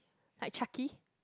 like Chucky